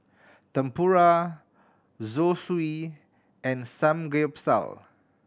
Tempura Zosui and Samgeyopsal